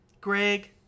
Greg